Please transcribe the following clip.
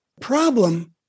Problem